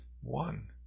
one